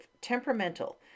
temperamental